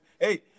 Hey